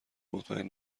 مطمئن